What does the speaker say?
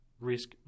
risk